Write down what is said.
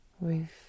roof